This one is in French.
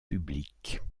publiques